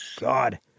God